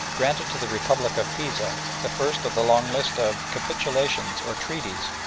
granted to the republic of pisa the first of the long list of capitulations, or treaties,